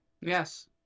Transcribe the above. yes